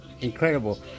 incredible